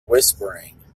whispering